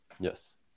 Yes